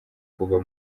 kuva